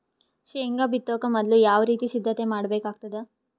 ಶೇಂಗಾ ಬಿತ್ತೊಕ ಮೊದಲು ಯಾವ ರೀತಿ ಸಿದ್ಧತೆ ಮಾಡ್ಬೇಕಾಗತದ?